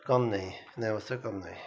کم نہیں نہ اس سے کم نہیں